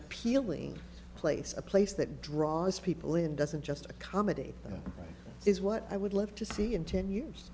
appealing place a place that draws people in doesn't just a comedy is what i would love to see in ten years